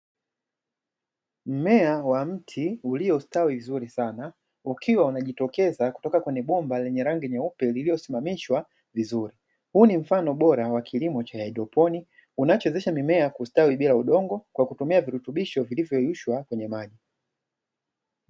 Mmea wa mti uliostawi vizuri sana ukiwa unajitokeza kutoka kwenye bomba lenye rangi nyeupe lililosimamishwa vizuri, huu ni mfano bora wa kilimo cha haidroponi unachowezesha mimea kustawi bila udongo kwa kutumia virutubisho vilivyoyeyushwa kwenye maji.